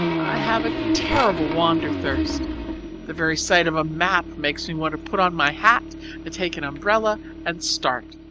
i have a terrible wanderthirst the very sight of a map makes me want to put on my hat and take an umbrella and start.